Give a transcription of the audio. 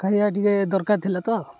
ଖାଇବା ଟିକିଏ ଦରକାର ଥିଲା ତ